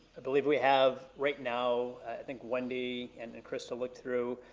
i believe we have right now, i think wendy and krista looked through,